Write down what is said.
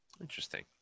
Interesting